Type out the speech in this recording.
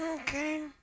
Okay